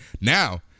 now